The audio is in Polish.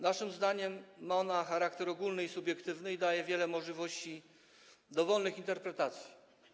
Naszym zdaniem ma on charakter ogólny i subiektywny i daje wiele możliwości dowolnych interpretacji.